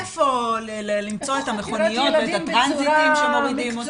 איפה למצוא את המכוניות ואת הטרנזיטים שמורידים אותם?